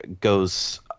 goes